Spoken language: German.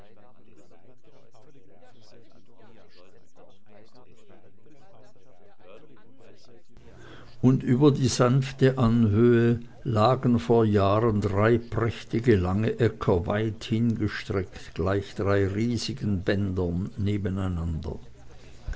und über die sanfte anhöhe lagen vor jahren drei prächtige lange äcker weithingestreckt gleich drei riesigen bändern nebeneinander